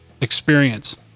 experience